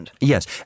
Yes